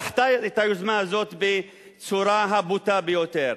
דחתה את היוזמה הזאת בצורה הבוטה ביותר.